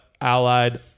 allied